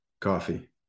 coffee